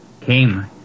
came